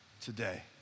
today